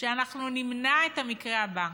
שאנחנו נמנע את המקרה הבא,